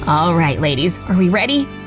alright, ladies. are we ready?